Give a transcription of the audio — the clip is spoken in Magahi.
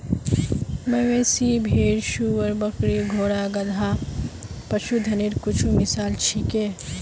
मवेशी, भेड़, सूअर, बकरी, घोड़ा, गधा, पशुधनेर कुछु मिसाल छीको